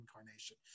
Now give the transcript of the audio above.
incarnation